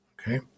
okay